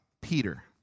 Peter